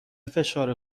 فشار